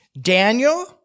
Daniel